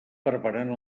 preparant